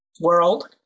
world